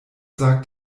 sagt